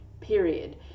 period